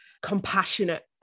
compassionate